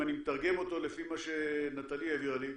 אם אני מתרגם אותו לפי מה שנטלי העבירה לי,